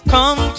Come